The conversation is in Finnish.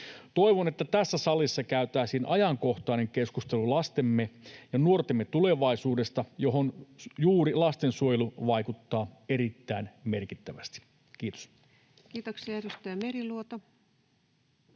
Toivon, että tässä salissa käytäisiin ajankohtainen keskustelu lastemme ja nuortemme tulevaisuudesta, johon juuri lastensuojelu vaikuttaa erittäin merkittävästi. — Kiitos. [Speech